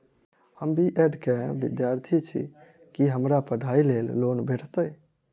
हम B Ed केँ विद्यार्थी छी, की हमरा पढ़ाई लेल लोन भेटतय?